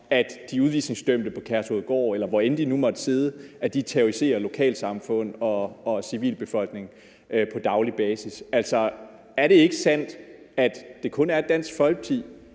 at de udvisningsdømte på Kærshovedgård, eller hvorend de nu måtte sidde, terroriserer lokalsamfundet og civilbefolkningen på daglig basis. Altså, er det ikke sandt, at det kun er Dansk Folkeparti,